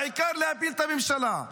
העיקר להפיל את הממשלה.